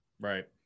right